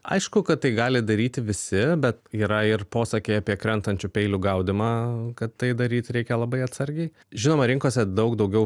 aišku kad tai gali daryti visi bet yra ir posakiai apie krentančių peilių gaudymą kad tai daryt reikia labai atsargiai žinoma rinkose daug daugiau